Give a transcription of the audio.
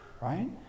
right